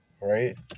right